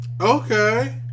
Okay